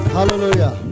Hallelujah